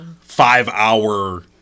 five-hour